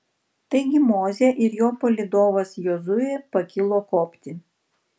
taigi mozė ir jo palydovas jozuė pakilo kopti